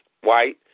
White